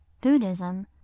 buddhism